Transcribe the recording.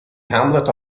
hamlet